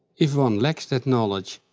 if one lacks that knowledge,